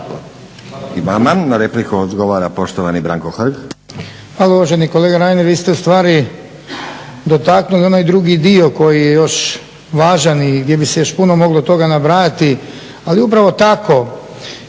I vama. Na repliku odgovara poštovani Branko Hrg.